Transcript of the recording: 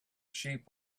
sheep